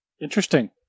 Interesting